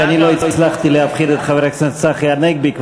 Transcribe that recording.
כי אני לא הצלחתי להפחיד את חבר הכנסת צחי הנגבי.